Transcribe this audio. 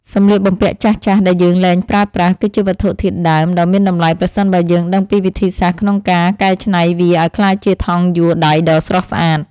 សម្លៀកបំពាក់ចាស់ៗដែលយើងលែងប្រើប្រាស់ គឺជាវត្ថុធាតុដើមដ៏មានតម្លៃប្រសិនបើយើងដឹងពីវិធីសាស្ត្រក្នុងការកែច្នៃវាឱ្យក្លាយជាថង់យួរដៃដ៏ស្រស់ស្អាត។